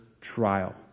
trial